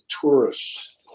tourists